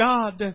God